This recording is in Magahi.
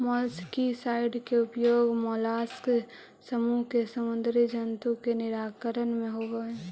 मोलस्कीसाइड के उपयोग मोलास्क समूह के समुदी जन्तु के निराकरण में होवऽ हई